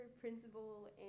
principal